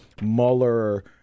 Mueller